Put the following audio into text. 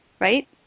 right